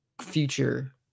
future